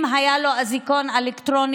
אם היה לו אזיקון אלקטרוני,